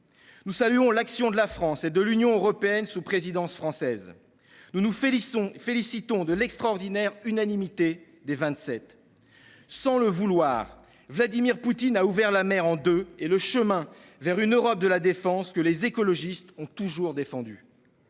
Nous saluons l'action de la France et de l'Union européenne sous présidence française. Nous nous félicitons de l'extraordinaire unanimité des Vingt-sept. Sans le vouloir, Vladimir Poutine a ouvert la mer en deux et le chemin vers une Europe de la défense que les écologistes ont toujours défendue.